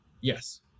Yes